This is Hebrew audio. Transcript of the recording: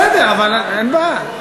בסדר, אבל אין בעיה.